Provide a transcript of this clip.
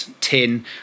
tin